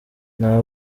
nta